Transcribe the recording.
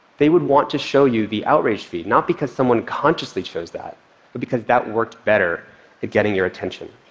they would want to show you the outrage feed, not because someone consciously chose that, but because that worked better at getting your attention.